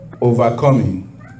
Overcoming